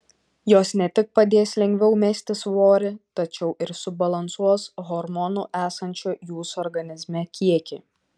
jos ne tik padės lengviau mesti svorį tačiau ir subalansuos hormonų esančių jūsų organizme kiekį